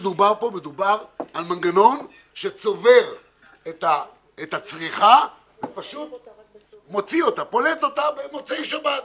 מדובר על מנגנון שצובר את הצריכה ופולט אותה במוצאי שבת.